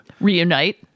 Reunite